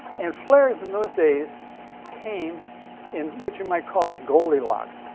and flares in those days came in what you might call a goldilocks